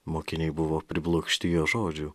mokiniai buvo priblokšti jo žodžių